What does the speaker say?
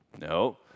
No